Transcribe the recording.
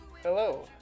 Hello